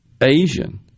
Asian